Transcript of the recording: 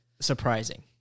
surprising